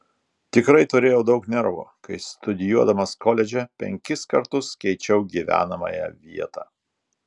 tikrai turėjau daug nervų kai studijuodamas koledže penkis kartus keičiau gyvenamąją vietą